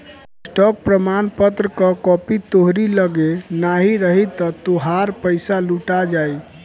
stock प्रमाणपत्र कअ copy तोहरी लगे नाही रही तअ तोहार पईसा लुटा जाई